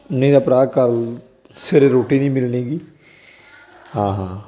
ਨਹੀਂ ਤਾਂ ਭਰਾ ਕੱਲ੍ਹ ਸਵੇਰੇ ਰੋਟੀ ਨਹੀਂ ਮਿਲਣੀ ਗੀ ਹਾਂ ਹਾਂ